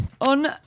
on